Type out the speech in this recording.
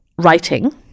writing